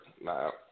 Now